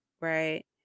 right